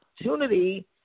opportunity